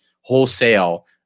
wholesale